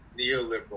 neoliberal